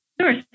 Sure